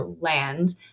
land